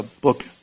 book